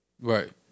right